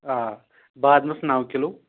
آ بادمَس نَو کِلوٗ